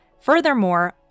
Furthermore